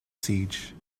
siege